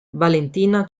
valentina